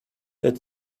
that